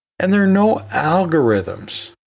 and there are no algorithms.